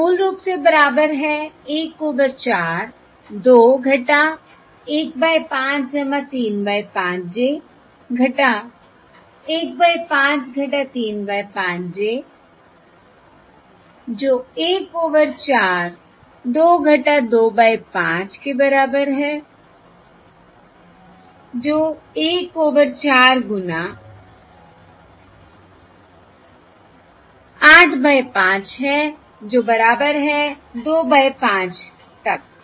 जो मूल रूप से बराबर है 1 over 4 2 1 by 5 3 by 5 j 1 by 5 3 by 5 j जो 1 ओवर 4 2 2 बाय 5 के बराबर है जो 1 ओवर 4 गुणा 8 बाय 5 है जो बराबर है 2 बाय 5 तक